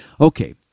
Okay